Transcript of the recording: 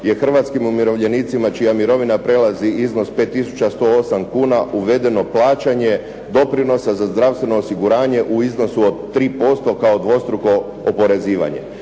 je hrvatskim umirovljenicima, čija mirovina prelazi iznos 5108 kuna, uvedeno plaćanje doprinosa za zdravstveno osiguranje u iznosu od 3% kao dvostruko oporezivanje.